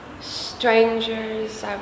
strangers